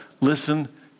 Listen